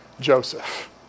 Joseph